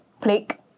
plague